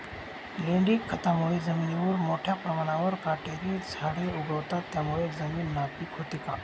लेंडी खतामुळे जमिनीवर मोठ्या प्रमाणावर काटेरी झाडे उगवतात, त्यामुळे जमीन नापीक होते का?